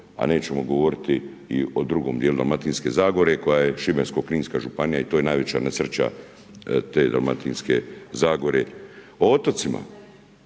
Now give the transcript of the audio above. a nećemo govoriti i o drugom dijelu Dalmatinske zagore koja je Šibensko-kninska županija i to je najveća nesreća te Dalmatinske zagore. O otocima?